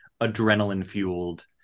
adrenaline-fueled